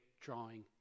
drawing